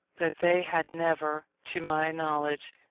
but they had never, to my knowledge,